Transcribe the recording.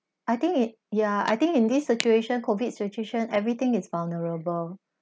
I think in~ yeah I think in this situation COVID situation everything is vulnerable